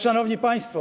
Szanowni Państwo!